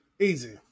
Easy